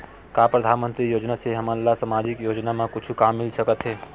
का परधानमंतरी योजना से हमन ला सामजिक योजना मा कुछु काम मिल सकत हे?